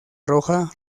roja